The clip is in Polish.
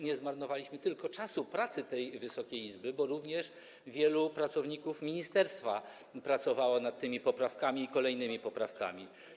Nie zmarnowaliśmy jednak czasu pracy tylko Wysokiej Izby, bo również wielu pracowników ministerstwa pracowało nad tymi i kolejnymi poprawkami.